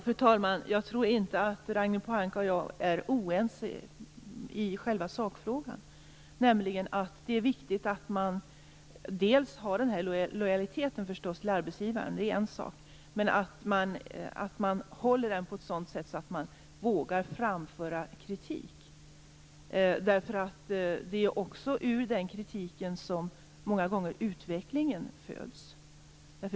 Fru talman! Jag tror inte att Ragnhild Pohanka och jag är oense i själva sakfrågan. Lojaliteten till arbetsgivaren är en sak, men den skall hållas på ett sådant sätt att man kan våga framföra kritik. Det är ur den kritiken som utvecklingen föds.